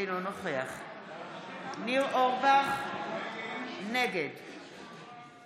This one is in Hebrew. אינו נוכח ניר אורבך, נגד